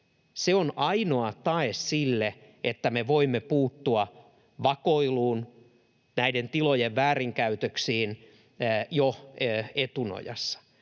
Se on ainoa tae sille, että me voimme puuttua vakoiluun, näiden tilojen väärinkäytöksiin jo etunojassa.